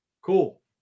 cool